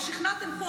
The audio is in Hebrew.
ושכנעתם פה,